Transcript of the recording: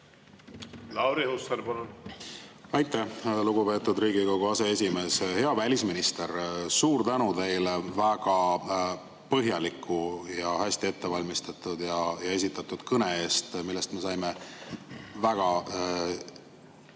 Lauri Hussar, palun! Aitäh, lugupeetud Riigikogu aseesimees! Hea välisminister! Suur tänu teile väga põhjaliku ja hästi ette valmistatud ja hästi esitatud kõne eest, millest me saime väga